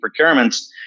procurements